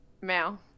Male